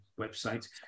website